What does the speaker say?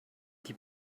die